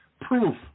proof